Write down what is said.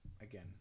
again